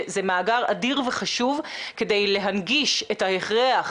זה מאגר אדיר וחשוב כדי להנגיש את ההכרח,